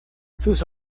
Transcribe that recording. sus